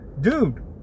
Dude